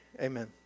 Amen